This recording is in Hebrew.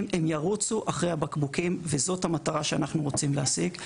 הם ירוצו אחרי הבקבוקים וזו המטרה שאנחנו רוצים להשיג.